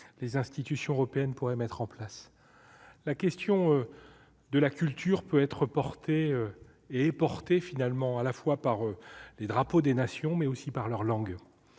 les institutions européennes pourraient mettre en place la question de la culture peut être et est porté finalement à la fois par les drapeaux des nations mais aussi par leur langue